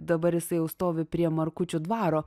dabar jisai jau stovi prie markučių dvaro